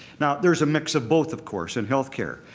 now, there is a mix of both, of course, in health care.